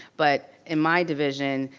but in my division,